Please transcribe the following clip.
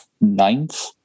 ninth